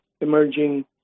emerging